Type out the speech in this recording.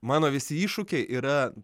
mano visi iššūkiai yra